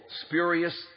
spurious